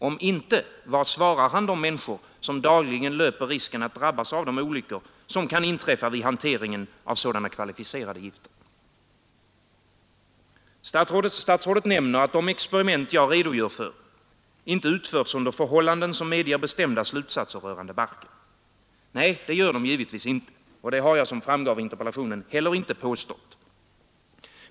Om inte, vad svarar han de människor som dagligen löper risken att drabbas av de olyckor som kan inträffa vid hanteringen av sådana kvalificerade gifter? Statsrådet nämner, att de experiment jag redogör för inte utförts under förhållanden som medger bestämda slutsatser rörande barken. Nej, det gör de givetvis inte, och det har jag som framgår av interpellationen heller inte påstått.